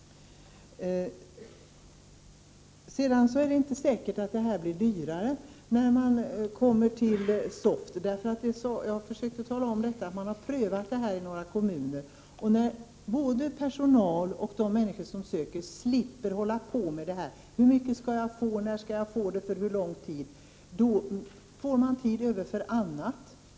Det är inte säkert att det blir dyrare med SOFT. Jag har försökt att tala om att man har prövat detta i några kommuner. När både personal och de människor som söker hjälp slipper hålla på med frågor om hur mycket de skall få, när de skall få pengar och för hur lång tid, får man tid över för annat.